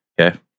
Okay